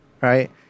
right